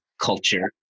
culture